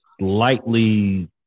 slightly